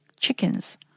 chickens